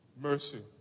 mercy